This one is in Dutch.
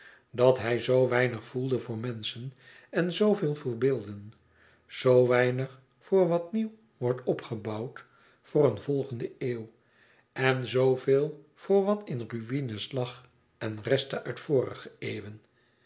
dat hij zoo weinig voelde voor menschen en zooveel voor beelden zoo weinig voor wat nieuw wordt opgebouwd voor een volgende eeuw en zoo veel voor wat in ruïne lag en restte uit vorige eeuwen